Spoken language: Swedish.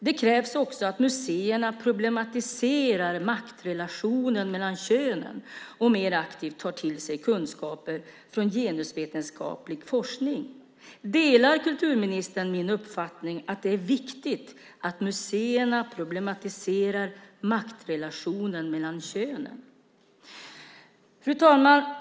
Det krävs också att museerna problematiserar maktrelationen mellan könen och mer aktivt tar till sig kunskaper från genusvetenskaplig forskning. Delar kulturministern min uppfattning att det är viktigt att museerna problematiserar maktrelationen mellan könen? Fru talman!